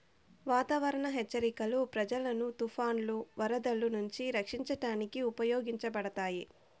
వాతావరణ హెచ్చరికలు ప్రజలను తుఫానులు, వరదలు నుంచి రక్షించడానికి ఉపయోగించబడతాయి